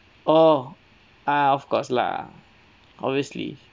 oh ah of course lah obviously